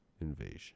invasion